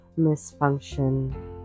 misfunction